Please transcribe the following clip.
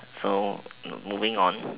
so moving on